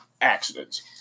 accidents